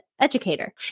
educator